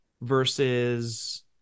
versus